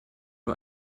nur